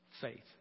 faith